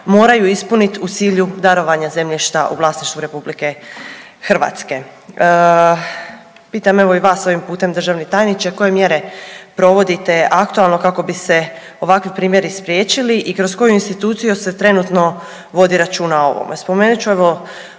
moraju ispuniti u cilju darovanja zemljišta u vlasništvu RH. Pitam evo i vas ovim putem državnim tajniče koje mjere provodite aktualno kako bi se ovakvi primjeri spriječili i kroz koju instituciju se trenutno vodi računa o ovome. Spomenut ću evo